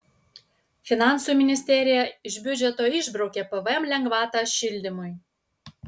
finansų ministerija iš biudžeto išbraukė pvm lengvatą šildymui